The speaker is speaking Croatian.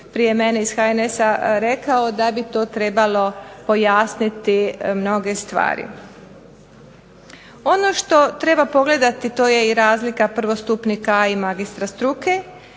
prije mene iz HNS-a rekao da bi to trebalo pojasniti mnoge stvari. Ono što treba pogledati to je i razlika prvostupnika i magistra struke,